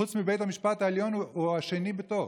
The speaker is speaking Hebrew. חוץ מבית המשפט העליון, הוא השני בתור,